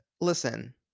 listen